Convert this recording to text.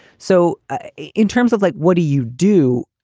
so in terms of like, what do you do?